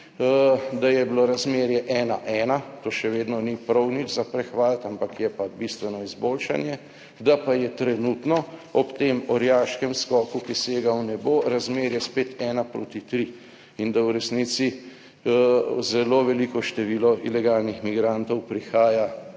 da je bilo razmerje 1:1. To še vedno ni prav nič za prehvaliti, ampak je pa bistveno izboljšanje. Da pa je trenutno ob tem orjaškem skoku, ki sega v nebo, razmerje spet 1:3 in da v resnici zelo veliko število ilegalnih migrantov prihaja